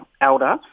elder